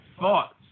thoughts